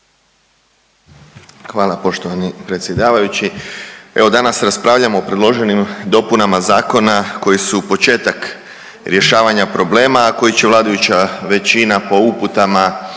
Hvala poštovani predsjedavajući. Evo danas raspravljamo o predloženim dopunama zakona koji su početak rješavanja problema, a koji će vladajuća većina po uputama